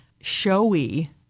showy